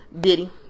Diddy